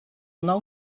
nou